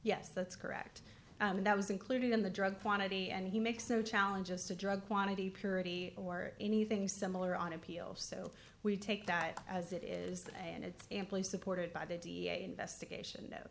yes that's correct and that was included in the drug quantity and he makes no challenges to drug quantity purity or anything similar on appeal so we take that as it is and it's amply supported by the da investigation th